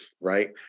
right